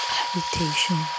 habitation